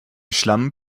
schlamm